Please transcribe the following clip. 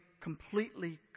completely